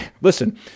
listen